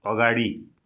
अगाडि